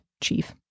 Chief